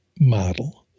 model